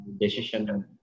decision